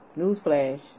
Newsflash